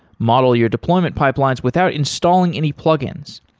model your deployment pipelines without installing any plugins.